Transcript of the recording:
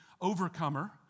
Overcomer